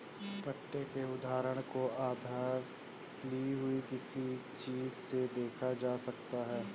पट्टे के उदाहरण को उधार ली हुई किसी चीज़ से देखा जा सकता है